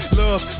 love